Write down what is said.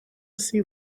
see